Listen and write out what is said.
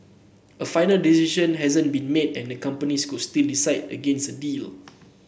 a final decision hasn't been made and the companies could still decide against a deal